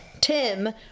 Tim